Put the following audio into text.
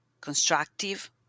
constructive